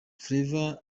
flavour